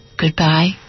goodbye